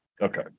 Okay